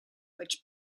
which